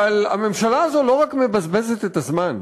אבל הממשלה הזאת לא רק מבזבזת את הזמן,